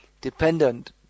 dependent